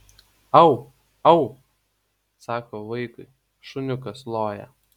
au au sako vaikui šuniukas loja